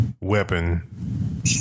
weapon